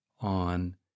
on